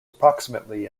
approximately